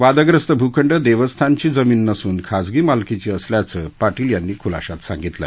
वादग्रस्त भूखंड देवस्थानाची जमीन नसून खाजगी मालकीचा असल्याचं पाटील यांनी ख्लाशात सांगितलं